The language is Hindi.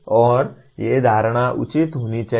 और ये धारणा उचित होनी चाहिए